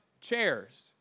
chairs